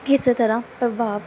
ਕਿਸ ਤਰ੍ਹਾਂ ਪ੍ਰਭਾਵ